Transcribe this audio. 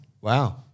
wow